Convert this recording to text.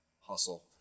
hustle